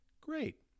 great